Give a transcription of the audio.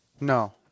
No